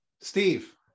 steve